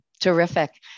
terrific